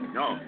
no